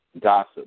gossip